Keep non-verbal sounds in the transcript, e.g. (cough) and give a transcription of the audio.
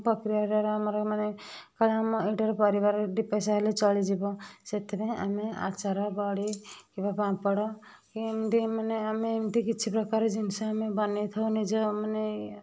ପ୍ରକ୍ରିୟା ଦ୍ୱାରା ଆମର ମାନେ କାହିଁ ଆମର (unintelligible) ପରିବାରରେ ଦୁଇପଇସା ହେଲେ ଚଳିଯିବ ସେଥିପାଇଁ ଆମେ ଆଚାର ବଡ଼ି କିମ୍ବା ପାମ୍ପଡ଼ ଏମିତି ମାନେ ଆମେ ଏମିତି କିଛି ପ୍ରକାର ଜିନଷ ଆମେ ବନେଇଥାଉ ନିଜ ମାନେ